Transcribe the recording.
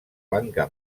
banca